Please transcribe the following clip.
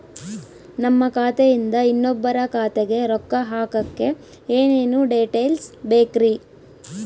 ನಮ್ಮ ಖಾತೆಯಿಂದ ಇನ್ನೊಬ್ಬರ ಖಾತೆಗೆ ರೊಕ್ಕ ಹಾಕಕ್ಕೆ ಏನೇನು ಡೇಟೇಲ್ಸ್ ಬೇಕರಿ?